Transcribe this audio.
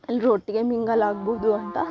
ಎಲ್ಲರು ಒಟ್ಟಿಗೆ ಮಿಂಗಲ್ ಆಗ್ಬೌದು ಅಂತ ಸೋ